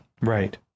Right